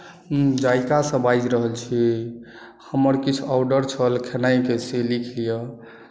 जायका सँ बाजि रहल छी हमर किछु ऑर्डर छल खेनाइकेँ से लिख लियऽ